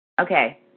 Okay